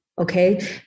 Okay